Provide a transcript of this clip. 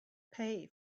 pay